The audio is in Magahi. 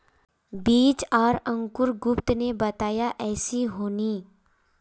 बीज आर अंकूर गुप्ता ने बताया ऐसी होनी?